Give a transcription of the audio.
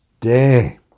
day